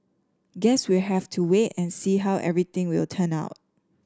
guess we'll have to wait and see how everything will turn out